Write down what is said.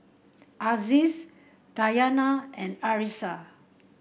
Aziz Dayana and Arissa